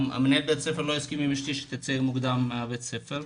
כי מנהל בית הספר לא מסכים לאשתי שתצא מוקדם מבית הספר,